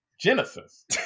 Genesis